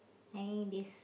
hanging in this